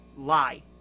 Lie